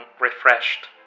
refreshed